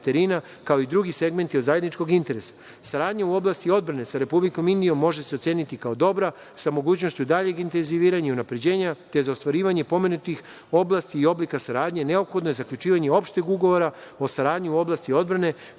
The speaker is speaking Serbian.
kao i drugi segmenti od zajedničkog interesa. Saradnja u oblasti odbrane sa Republikom Indijom može se oceniti kao dobra sa mogućnošću daljeg intenziviranja i unapređenja, te za ostvarivanje pomenutih oblasti i oblika saradnje neophodno je zaključivanje opšteg ugovora o saradnji u oblasti odbrane,